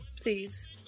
please